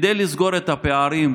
כדי לסגור את הפערים,